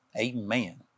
Amen